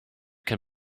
can